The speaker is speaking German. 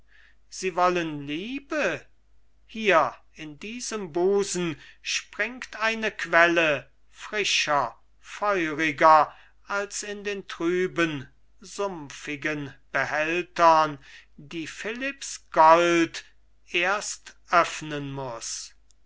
sie wollen liebe hier in diesem busen springt eine quelle frischer feuriger als in den trüben sumpfigen behältern die philipps gold erst öffnen muß